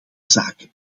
zaken